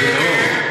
זה יקרה,